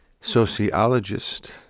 sociologist